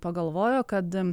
pagalvojo kad